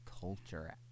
culture